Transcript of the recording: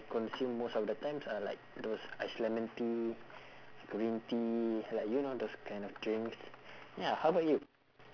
consume most of the times are like those ice lemon tea green tea like you know those kind of drinks ya how about you